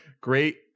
great